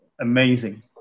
amazing